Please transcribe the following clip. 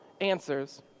answers